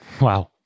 Wow